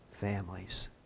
families